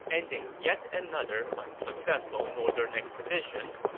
ending yet another unsuccessful northern expedition.